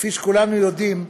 כפי שכולנו יודעים,